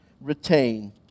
retain